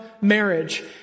marriage